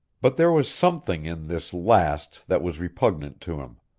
but there was something in this last that was repugnant to him.